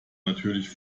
natürlich